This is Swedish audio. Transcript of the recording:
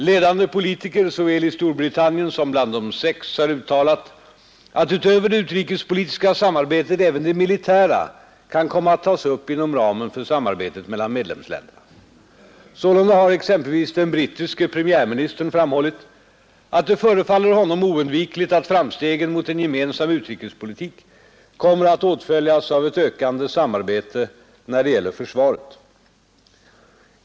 Ledande politiker såväl i Storbritannien som bland De sex har uttalat att utöver det utrikespolitiska samarbetet även det militära kan komma att tas upp inom ramen för samarbetet mellan medlemsländerna. Sålunda har exempelvis den brittiske premiärministern framhållit, att det förefaller honom oundvikligt att framstegen mot en gemensam utrikespolitik kommer att åtföljas av ett ökande samarbete när det gäller försvaret.